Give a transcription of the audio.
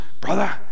brother